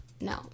No